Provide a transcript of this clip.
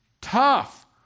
tough